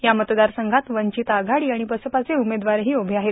या मतदारसंघात वंचित आघाडी आणि बसपाचे उमेदवारही उभे आहेत